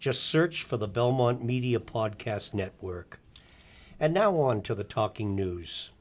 just search for the belmont media podcast network and now on to the talking news